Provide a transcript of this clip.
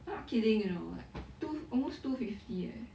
not kidding you know like two almost two fifty eh